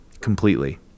completely